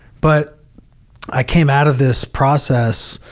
but i came out of this process,